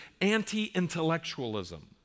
anti-intellectualism